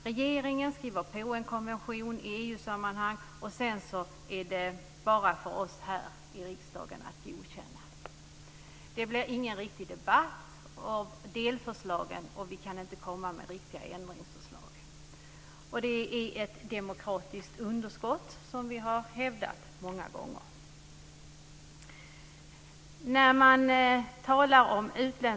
Regeringen skriver på en konvention i EU-sammanhang, sedan är det bara för oss i riksdagen att godkänna. Det blir ingen riktig debatt om delförslagen, och vi kan inte lägga fram viktiga ändringsförslag. Det är fråga om ett demokratiskt underskott - vilket vi har hävdat många gånger.